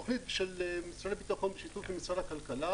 יש פעילות מאוד עניפה בשיתוף של משרד הכלכלה,